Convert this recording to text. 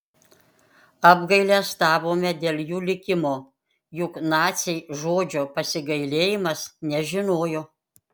apgailestavome dėl jų likimo juk naciai žodžio pasigailėjimas nežinojo